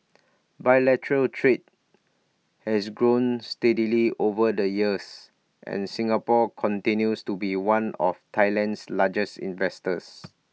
bilateral trade has grown steadily over the years and Singapore continues to be one of Thailand's largest investors